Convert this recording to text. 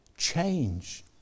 change